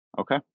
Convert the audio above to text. Okay